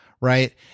Right